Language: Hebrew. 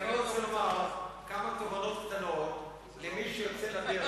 אני רוצה לומר כמה תובנות קטנות למי שיוצא לדרך